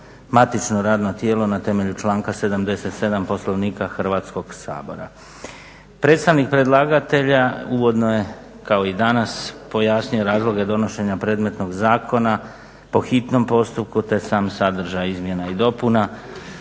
matično radno tijelo na temelju članka 77. Poslovnika Hrvatskog sabora. Predstavnik predlagatelja uvodno je kao i danas pojasnio razloge donošenja predmetnog zakona po hitnom postupku, te sam sadržaj izmjena i dopuna.